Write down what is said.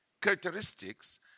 characteristics